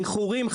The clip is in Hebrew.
איחורים,